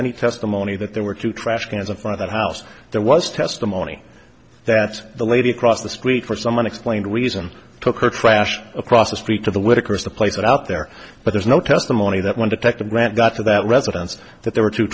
any testimony that there were two trash cans a fire that house there was testimony that the lady across the street for some unexplained reason took her trash across the street to the whitakers the place out there but there's no testimony that one detective grant got to that residence that there were two